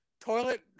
toilet